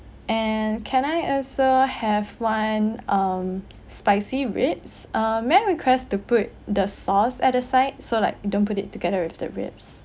and can I also have one um spicy ribs uh may I request to put the sauce at a side so like don't put it together with the ribs